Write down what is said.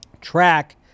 track